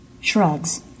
shrugs